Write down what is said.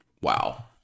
wow